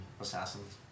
assassins